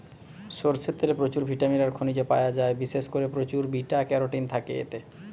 সরষের তেলে প্রচুর ভিটামিন আর খনিজ পায়া যায়, বিশেষ কোরে প্রচুর বিটা ক্যারোটিন থাকে এতে